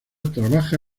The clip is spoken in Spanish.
trabaja